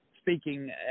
Speaking